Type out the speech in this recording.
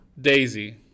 Daisy